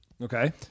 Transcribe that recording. Okay